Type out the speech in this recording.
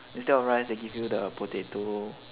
instead of rice they give you the potato